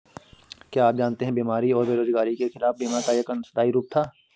क्या आप जानते है बीमारी और बेरोजगारी के खिलाफ बीमा का एक अंशदायी रूप था?